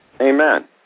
Amen